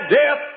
death